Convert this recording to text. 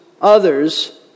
others